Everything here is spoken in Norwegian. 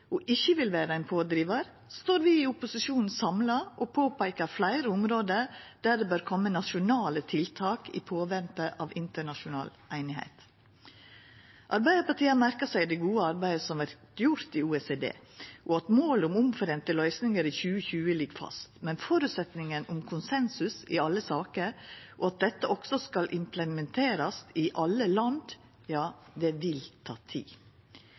og ikkje vil vera pådrivarar, står vi i opposisjonen samla og peikar på fleire område der det bør koma nasjonale tiltak i påvente av internasjonal einigheit. Arbeidarpartiet har merka seg det gode arbeidet som vert gjort i OECD, og at målet om omforeinte løysingar i 2020 ligg fast, men med føresetnaden om konsensus i alle saker, og at dette også skal implementerast i alle land, vil dette ta tid.